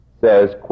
says